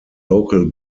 local